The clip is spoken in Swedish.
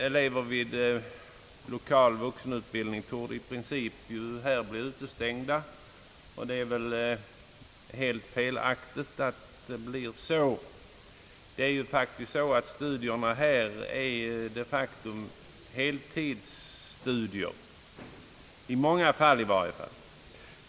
Elever i lokal vuxenutbildning torde i princip här bli utestängda, och det är väl helt felaktigt att det blir så. Studierna här är de facto heltidsstudier, åtminstone i många fall.